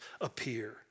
appear